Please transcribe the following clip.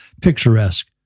picturesque